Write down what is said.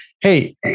hey